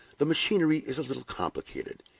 the machinery is a little complicated,